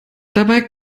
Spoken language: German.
dabei